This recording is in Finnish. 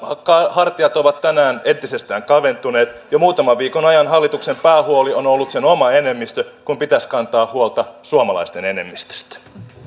hartiat ovat tänään entisestään kaventuneet jo muutaman viikon ajan hallituksen päähuoli on ollut sen oma enemmistö kun pitäisi kantaa huolta suomalaisten enemmistöstä